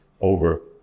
over